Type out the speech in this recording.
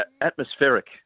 atmospheric